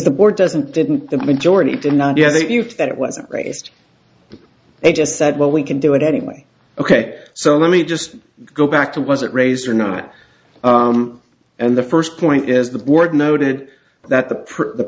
the board doesn't didn't the majority did not yet if that wasn't raised they just said well we can do it anyway ok so let me just go back to was it raise or not and the first point is the board noted that the